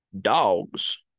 Dogs